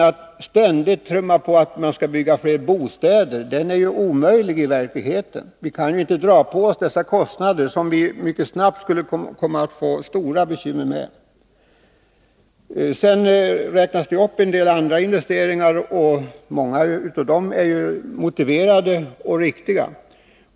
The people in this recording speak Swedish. Att ständigt säga att vi skall bygga flera bostäder är alltså en omöjlighet i verkligheten. Vi kan inte dra på oss de kostnaderna, som vi snabbt skulle få stora bekymmer med. Sedan räknar socialdemokraterna upp en del andra investeringar. Många av dem är motiverade och riktiga.